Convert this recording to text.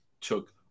took